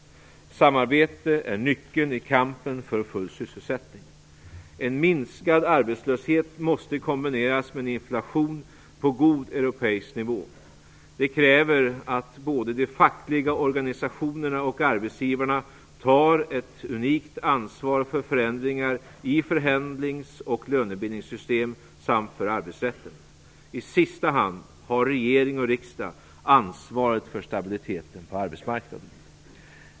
Samarbete är nyckeln i kampen för full sysselsättning. En minskad arbetslöshet måste kombineras med en inflation på god europeisk nivå. Det kräver att både de fackliga organisationerna och arbetsgivarna tar ett unikt ansvar för förändringar i förhandlingsoch lönebildningssystemet samt för arbetsrätten. I sista hand har regering och riksdag ansvaret för stabiliteten på arbetsmarknaden.